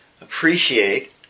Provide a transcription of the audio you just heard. appreciate